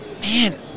man